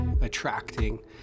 attracting